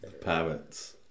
Parrots